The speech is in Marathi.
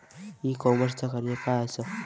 ई कॉमर्सचा कार्य काय असा?